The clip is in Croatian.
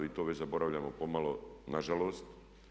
I to već zaboravljamo pomalo nažalost.